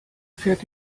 fährt